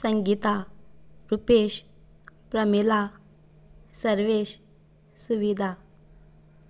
Sangeeta Rupesh Pramila Sarvesh Suvidha